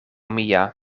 mia